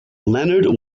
leonard